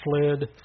fled